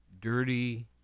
dirty